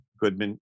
Goodman